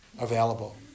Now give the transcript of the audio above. available